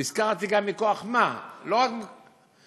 הזכרתי גם מכוח מה: אנושי,